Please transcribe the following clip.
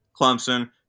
Clemson